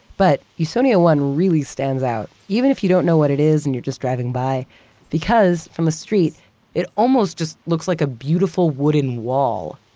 but usonia one really stands out. even if you don't know what it is and you're just driving by because from a street it almost just looks like a beautiful wooden wall.